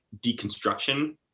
deconstruction